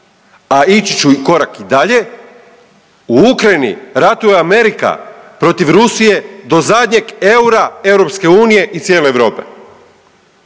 a ići ću i korak dalje, u Ukrajini ratuje Amerika protiv Rusije do zadnjeg eura EU i cijele Europe.